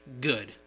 good